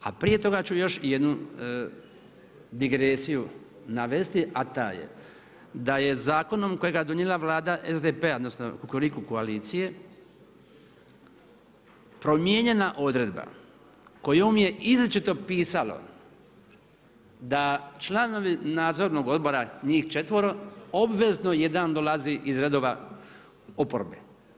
A prije toga ću još jednu digresiju navesti, a taj je da je zakonom kojeg je donijela Vlada SDP-a odnosno, kukuriku koalicije promijenjena odredba kojom je izričito pisalo da članovi nadzornog odbora, njih 4. obvezno jedan dolazi iz redova oporbe.